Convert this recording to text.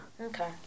Okay